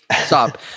stop